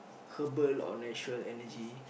herbal or natural energy